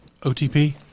OTP